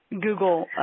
google